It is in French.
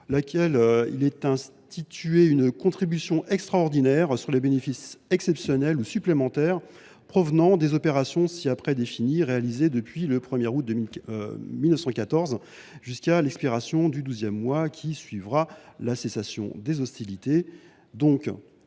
:« Il est institué une contribution extraordinaire sur les bénéfices exceptionnels ou supplémentaires provenant des opérations ci après définies, réalisés depuis le 1 août 1914, jusqu’à l’expiration du douzième mois qui suivra la cessation des hostilités.